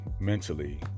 mentally